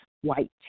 white